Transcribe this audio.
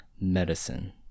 medicine